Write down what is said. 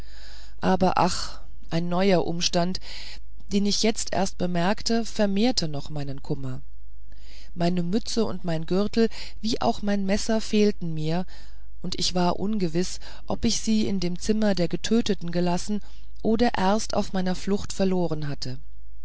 aber ach ein neuer umstand den ich jetzt erst bemerkte vermehrte noch meinen kummer meine mütze und mein gürtel wie auch meine messer fehlten mir und ich war ungewiß ob ich sie in dem zimmer der getöteten gelassen oder erst auf meiner flucht verloren hatte